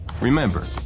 Remember